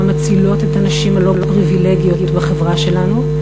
מצילות את הנשים הלא-פריבילגיות בחברה שלנו,